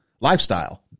lifestyle